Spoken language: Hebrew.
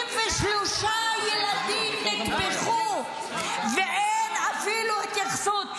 --- 23 ילדים נטבחו, ואין אפילו התייחסות.